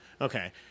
Okay